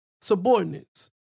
subordinates